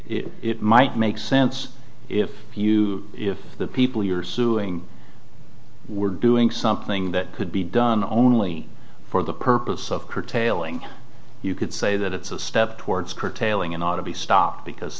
that it might make sense if you if the people you're suing we're doing something that could be done only for the purpose of curtailing you could say that it's a step towards curtailing and ought to be stopped because